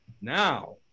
now